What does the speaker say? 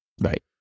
Right